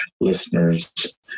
listeners